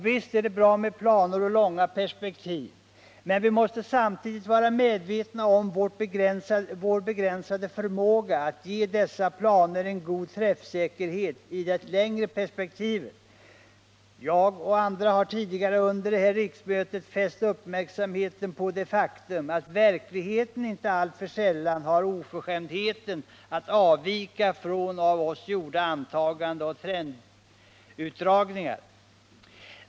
Visst är det bra med planer och långa perspektiv, men vi måste samtidigt vara medvetna om vår begränsade förmåga att ge dessa planer en god träffsäkerhet i det längre perspektivet. Jag och andra har tidigare under det här riksmötet fäst uppmärksamheten på det faktum att verkligheten inte alltför sällan har oförskämdheten att avvika från av oss gjorda antaganden och trendutdragningar.